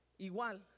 igual